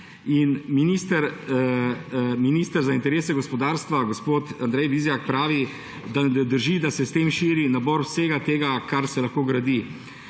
In minister za interese gospodarstva gospod Andrej Vizjak pravi, da ne drži, da se s tem širi nabor vsega tega, kar se lahko gradi,